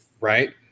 right